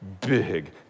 big